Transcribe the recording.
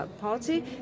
party